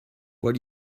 what